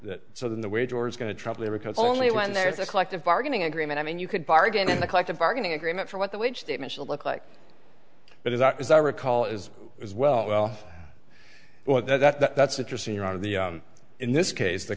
that so then the way george is going to trouble because only when there's a collective bargaining agreement i mean you could bargain with a collective bargaining agreement for what the wage statements will look like but as i as i recall is as well well that's interesting you're out of the in this case the